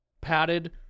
padded